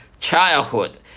childhood